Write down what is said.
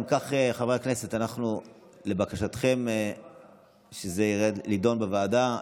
אם כך, חברי הכנסת, לבקשתכם זה יידון בוועדה.